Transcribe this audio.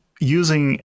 using